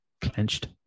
clenched